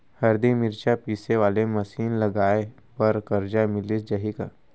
हरदी, मिरचा पीसे वाले मशीन लगाए बर करजा मिलिस जाही का?